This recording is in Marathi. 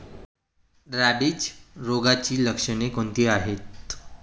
रॅबिज रोगाची लक्षणे कोणती आहेत?